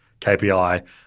kpi